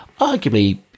arguably